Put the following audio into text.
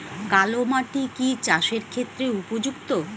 কালো মাটি কি চাষের ক্ষেত্রে উপযুক্ত?